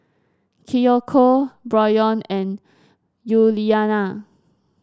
Kiyoko Bryon and Yuliana